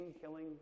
killing